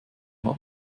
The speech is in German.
hat